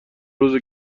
روزه